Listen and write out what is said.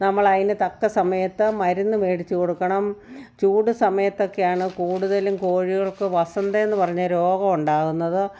നമ്മൾ അതിന് തക്ക സമയത് മരുന്ന് മേടിച്ച് കൊടുക്കണം ചൂട് സമയത്ത് ഒക്കെയാണ് കൂടുതലും കോഴികൾക്ക് വസന്ത എന്ന് പറയുന്ന രോഗം ഉണ്ടാകുന്നത്